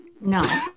No